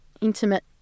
intimate